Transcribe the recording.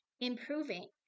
improving